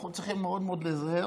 אנחנו צריכים מאוד מאוד להיזהר